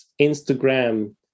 Instagram